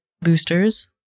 boosters